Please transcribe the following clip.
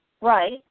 Right